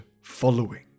following